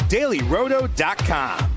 DailyRoto.com